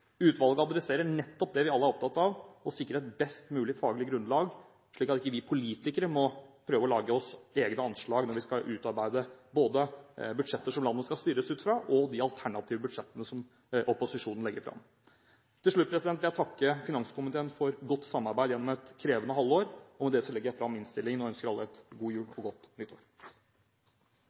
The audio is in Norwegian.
Utvalget adresserer nettopp det vi alle er opptatt av, å sikre et best mulig faglig grunnlag, slik at ikke vi politikere må prøve å lage oss egne anslag når vi skal utarbeide både budsjetter som landet skal styres ut fra, og de alternative budsjettene som opposisjonen legger fram. Til slutt vil jeg takke finanskomiteen for godt samarbeid gjennom et krevende halvår, og med det legger jeg fram innstillingen og ønsker alle en god jul og et godt nyttår.